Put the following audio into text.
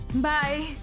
Bye